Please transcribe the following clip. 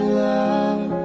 love